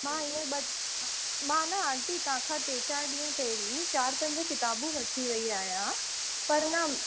मां हींअर ॿ मां न आंटी तव्हां खां टे चारि ॾींहं पहिरीं चारि पंज किताबूं वठी वेई आहियां पर न